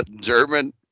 German